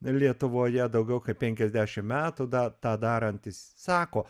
lietuvoje daugiau kaip penkiasdešim metų da tą darantis sako